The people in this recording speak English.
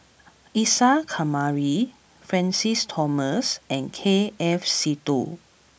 Isa Kamari Francis Thomas and K F Seetoh